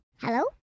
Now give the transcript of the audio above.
Hello